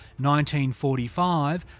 1945